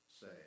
say